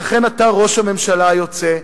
לכן אתה ראש הממשלה היוצא,